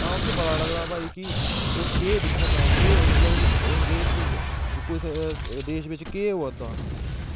तां उसी पता लगदा कि भई ओह् केह् दिक्खा दा केह् उस देश बिच केह् होआ दा